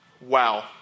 wow